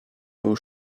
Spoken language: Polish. był